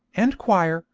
and choir,